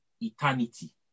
eternity